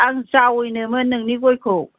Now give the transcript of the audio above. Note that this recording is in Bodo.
आं जावैनोमोन नोंनि गयखौ